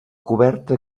coberta